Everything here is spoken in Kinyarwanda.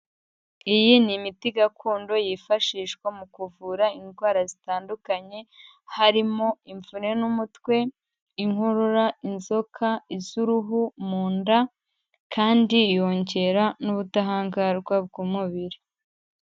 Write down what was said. Iyi ni imiti gakondo, yifashishwa mu kuvura indwara zitandukanye, harimo imvune n'umutwe, inkorora, inzoka, iz'uruhu, mu nda kandi yongera n'ubudahangarwa bw'umubiri.